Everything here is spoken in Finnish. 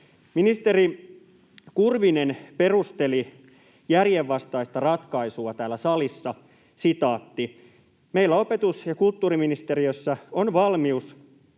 Ministeri Kurvinen perusteli järjenvastaista ratkaisua täällä salissa: ”Meillä opetus‑ ja kulttuuriministeriössä on valmius